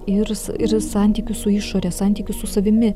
ir ir santykius su išore santykius su savimi